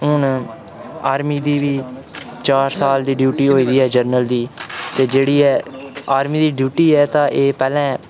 ते हून आर्मी दी बी चार साल दी ड्यूटी होई दी ऐ जरनल दी ते जेह्ड़ी ऐ आर्मी दी ड्यूटी ऐ ते एह् पैह्ले